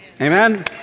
Amen